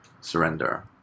surrender